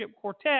Quartet